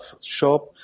shop